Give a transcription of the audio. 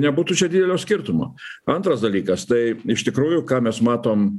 nebūtų čia didelio skirtumo antras dalykas tai iš tikrųjų ką mes matom